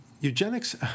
Eugenics